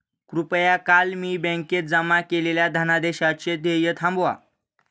कृपया काल मी बँकेत जमा केलेल्या धनादेशाचे देय थांबवा